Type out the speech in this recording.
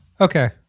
okay